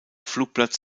flugplatz